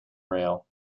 rail